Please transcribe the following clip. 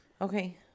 Okay